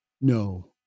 No